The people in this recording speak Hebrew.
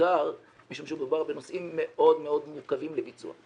בעיקר משום שמדובר בנושאים מאוד מאוד מורכבים לביצוע.